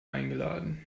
eingeladen